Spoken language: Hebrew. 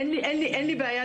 אין לי בעיה,